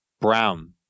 Brown